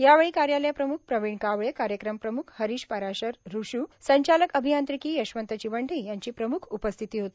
यावेळी कार्यालय प्रम्ख प्रविण कावळे कार्यक्रम प्रम्ख हरिश पाराशर ऋशू संचालक अभियांत्रिकी यशवंत चिवंडे यांची प्रम्ख उपस्थिती होती